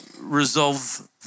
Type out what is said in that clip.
resolve